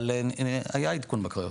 אבל היה עדכון בקריות.